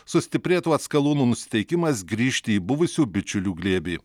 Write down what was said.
sustiprėtų atskalūnų nusiteikimas grįžti į buvusių bičiulių glėbį